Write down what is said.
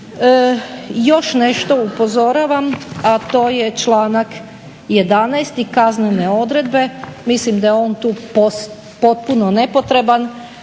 Još nešto upozoravam, a to je članak 11., kaznene odredbe. Mislim da je on tu potpuno nepotreban,